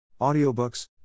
Audiobooks